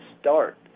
start